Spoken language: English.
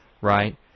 right